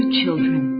children